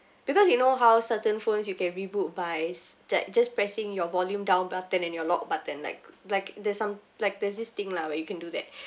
because you know how certain phones you can reboot by like just pressing your volume down button and your lock button like like there's some like there's this thing lah where you can do that